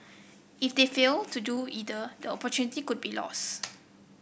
if they fail to do either the opportunity could be lost